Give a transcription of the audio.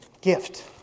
Gift